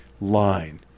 line